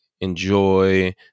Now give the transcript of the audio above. Enjoy